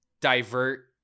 divert